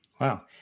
Wow